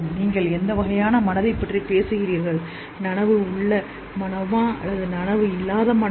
நீங்கள் எந்த வகையான மனதைப் பற்றி பேசுகிறீர்கள் நனவான மனம் மயக்க மனம்